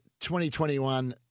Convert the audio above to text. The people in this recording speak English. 2021